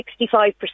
65%